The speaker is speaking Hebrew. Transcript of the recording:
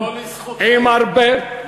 עם הרבה,